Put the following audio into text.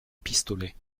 pistolet